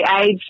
age